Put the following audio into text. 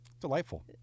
Delightful